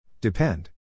Depend